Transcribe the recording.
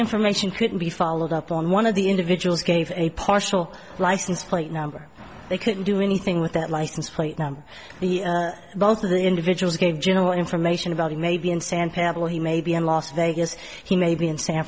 information couldn't be followed up on one of the individuals gave a partial license plate number they couldn't do anything with that license plate number both of the individuals gave general information about maybe in san pavel he may be in las vegas he may be in san